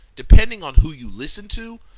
depending on who you listened to,